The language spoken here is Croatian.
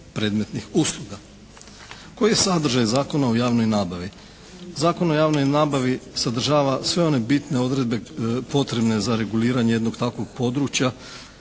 predmetnih usluga. Koji je sadržaj Zakona o javnoj nabavi? Zakon o javnoj nabavi sadržava sve one bitne odredbe potrebne za reguliranje jednog takvog područja.